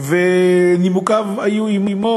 ונימוקיו היו עמו.